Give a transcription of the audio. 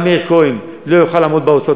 גם מאיר כהן לא יוכל לעמוד בהוצאות,